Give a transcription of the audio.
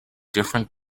different